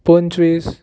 पंचवीस